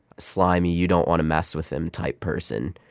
slimy, you don't want to mess with him type person.